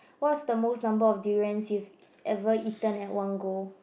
what's the most number of durians you've ever eaten at one go